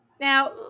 Now